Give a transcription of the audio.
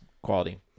quality